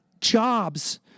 jobs